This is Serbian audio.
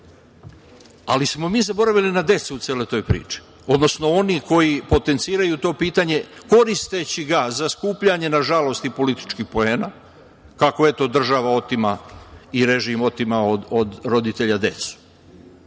ali smo mi zaboravili na decu u celoj toj priči, odnosno oni koji potenciraju to pitanje koristeći ga za skupljanje nažalost i političkih poena, kako eto država otima, i režim otima od roditelja decu,